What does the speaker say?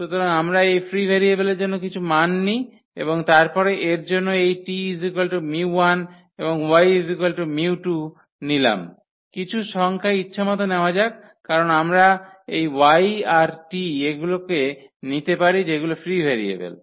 সুতরাং আমরা এই ফ্রি ভেরিয়েবলের জন্য কিছু মান নিই এবং তারপরে এর জন্য এই t 𝜇1 y 𝜇2 নিলাম কিছু সংখ্যা ইচ্ছামত সংখ্যা নেওয়া যাক কারন আমরা এই y আর t এগুলিকে নিতে পারি যেগুলি ফ্রি ভেরিয়েবল